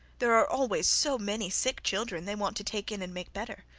there are always so many sick children they want to take in and make better.